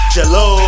Jello